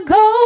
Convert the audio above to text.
go